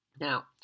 now